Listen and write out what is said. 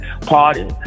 Party